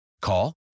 Call